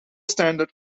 standard